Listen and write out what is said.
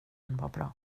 bra